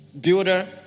builder